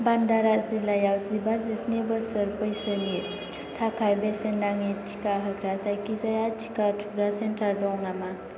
भान्दारा जिल्लायाव जिबा जिस्नि बोसोर बैसोनि थाखाय बेसेन नाङि टिका होग्रा जायखिजाया टिका थुग्रा सेन्टार दङ नामा